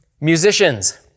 Musicians